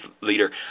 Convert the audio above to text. leader